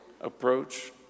approach